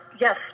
Yes